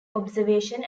observation